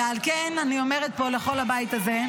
ועל כן, אני אומרת פה לכל הבית הזה: